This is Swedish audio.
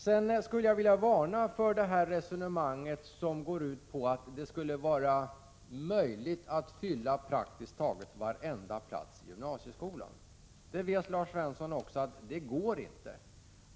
Jag skulle vilja varna för det resonemang som går ut på att det skulle vara möjligt att fylla praktiskt taget varenda plats i gymnasieskolan. Även Lars Svensson vet att det inte går.